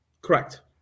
Correct